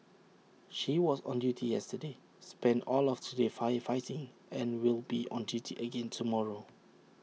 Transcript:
she was on duty yesterday spent all of today firefighting and will be on duty again tomorrow